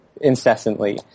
incessantly